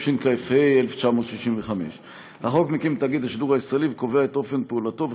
התשכ"ה 1965. החוק מקים את תאגיד השידור הישראלי וקובע את אופן פעולתו,